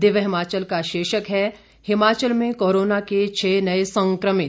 दिव्य हिमाचल का शीर्षक है हिमाचल में कोरोना के छह नए संकमित